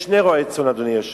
יש שני רועי צאן, אדוני היושב-ראש.